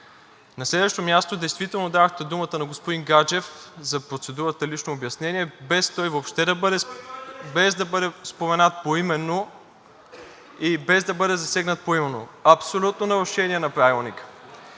На следващо място, действително дадохте думата на господин Гаджев за процедурата лично обяснение, без той въобще да бъде споменат поименно и без да бъде засегнат поименно – абсолютно нарушение на Правилника.